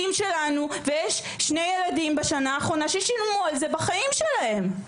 ויש שני ילדים ששלמו על זה בחייהם בשנה האחרונה,